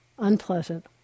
Unpleasant